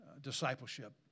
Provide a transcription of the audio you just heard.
discipleship